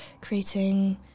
creating